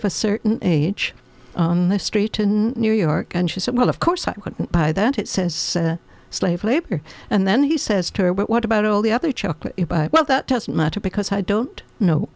of a certain age the street in new york and she said well of course i couldn't buy that it says slave labor and then he says to her what about all the other chocolate well that doesn't matter because i don't know